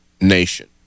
nation